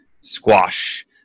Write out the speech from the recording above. squash